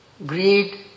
greed